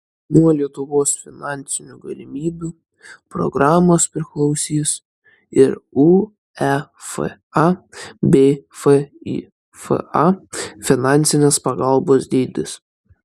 nuo lietuvos finansinių galimybių programos priklausys ir uefa bei fifa finansinės pagalbos dydis